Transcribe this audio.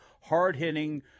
hard-hitting